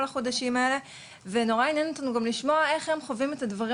החודשים האלה ונורא עניין אותנו גם לשמוע איך הם חווים את הדברים